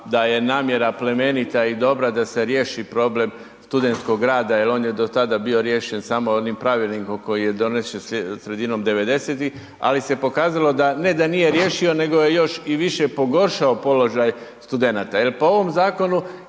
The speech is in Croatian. da je namjera plemenita i dobra da se riješi problem studentskog rada jer je on do tada bo riješen samo onim pravilnikom koji je donesen sredinom 90-ih ali se pokazalo da ne da nije riješio nego je još i više pogoršao položaj studenata jer po ovom zakonu